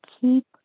keep